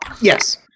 Yes